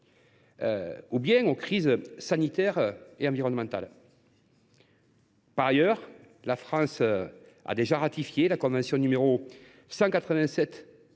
ou aux crises sanitaires et environnementales. Par ailleurs, la France a déjà ratifié la convention n° 187